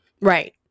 Right